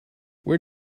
where